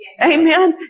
Amen